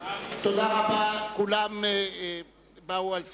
תודה רבה, כולם באו על סיפוקם.